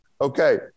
Okay